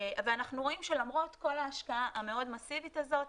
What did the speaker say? אנחנו רואים שלמרות כל ההשקעה המאוד מאסיבית הזאת,